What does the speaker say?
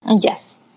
Yes